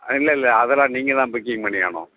இல்லல்ல அதெல்லாம் நீங்கள் தான் புக்கிங் பண்ணி ஆகணும்